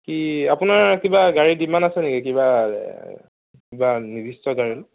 কি আপোনাৰ কিবা গাড়ী ডিমাণ্ড আছে নেকি কিবা কিবা নিৰ্দিষ্ট গাড়ীৰ